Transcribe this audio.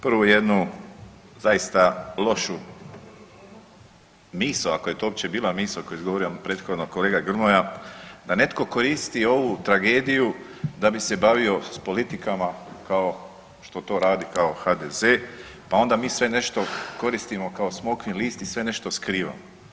Prvo jednu zaista lošu misao ako je to uopće bila misao koju je izgovorio prethodno kolega Grmoja, da netko koristi ovu tragediju da bi se bavio sa politikama kao što to radi, kao HDZ, pa onda mi sve nešto koristimo kao smokvin list i sve nešto skrivamo.